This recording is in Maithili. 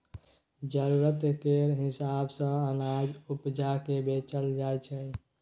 जरुरत केर हिसाब सँ अनाज उपजा केँ बेचल जाइ छै